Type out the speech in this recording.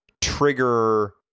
trigger